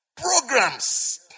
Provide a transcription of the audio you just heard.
programs